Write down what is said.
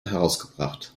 herausgebracht